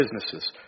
businesses